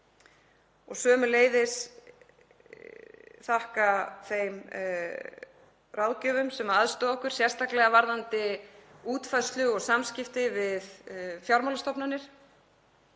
sömuleiðis þakka þeim ráðgjöfum sem aðstoðuðu okkur, sérstaklega varðandi útfærslu og samskipti við fjármálastofnanir.